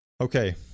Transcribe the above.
okay